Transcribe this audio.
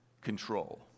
Control